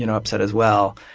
you know upset as well.